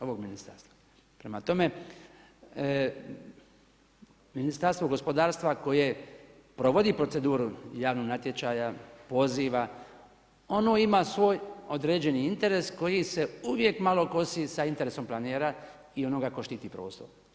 Ovog, ovog ministarstva, prema tome Ministarstva gospodarstva koje provodi proceduru javnog natječaja, poziva ono ima svoj određeni interes koji se uvijek malo kosi sa interesom planera i onoga tko štiti prostor.